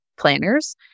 planners